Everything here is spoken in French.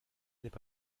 n’est